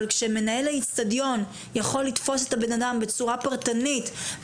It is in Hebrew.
אבל כשמנהל האצטדיון יכול לתפוס את הבנאדם בצורה פרטנית,